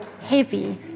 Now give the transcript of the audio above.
heavy